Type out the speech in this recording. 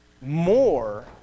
more